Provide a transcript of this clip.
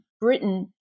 Britain